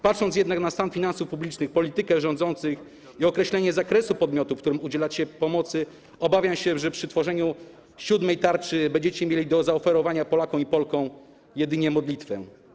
Patrząc jednak na stan finansów publicznych, politykę rządzących i określanie zakresu podmiotów, którym udzielacie pomocy, obawiam się, że przy tworzeniu siódmej tarczy będziecie mieli do zaoferowania Polakom i Polkom jedynie modlitwę.